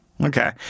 Okay